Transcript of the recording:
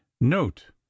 Note